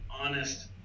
honest